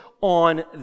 on